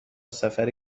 سفر